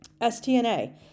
STNA